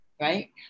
right